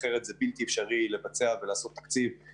אחרת זה בלתי אפשרי לייצר תקציב.